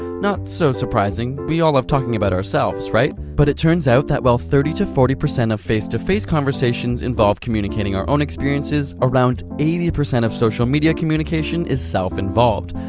not so surprising we all love talking about ourselves right? but it turns out that while thirty forty of face-to-face conversations involve communicating our own experiences, around eighty percent of social media communication is self involved.